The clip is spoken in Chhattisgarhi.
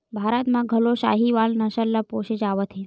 भारत म घलो साहीवाल नसल ल पोसे जावत हे